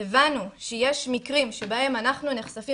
הבנו שיש מקרים שבהם אנחנו נחשפים,